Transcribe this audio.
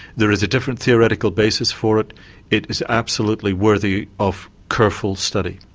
there is a different theoretical basis for it it is absolutely worthy of careful study.